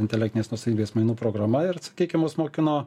intelektinės nuosavybės mainų programa ir sakykim mus mokino